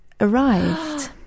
arrived